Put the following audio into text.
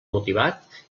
motivat